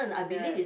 that